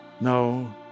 No